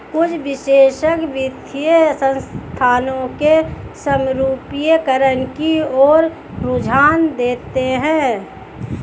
कुछ विशेषज्ञ वित्तीय संस्थानों के समरूपीकरण की ओर रुझान देखते हैं